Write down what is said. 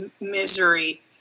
misery